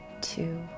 two